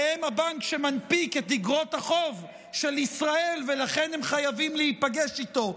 שהם הבנק שמנפיק את אגרות החוב של ישראל ולכן הם חייבים להיפגש איתו.